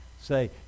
say